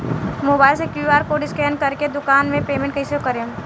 Mobile से QR code scan कर के दुकान मे पेमेंट कईसे करेम?